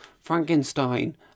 frankenstein